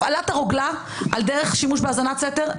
הפעלת הרוגלה על דרך שימוש בהאזנת סתר,